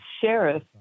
sheriff